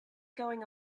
going